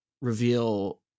reveal